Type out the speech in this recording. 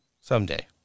Someday